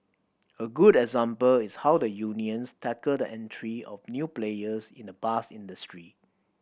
a good example is how the unions tackled the entry of new players in the bus industry